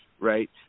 right